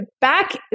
back